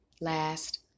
last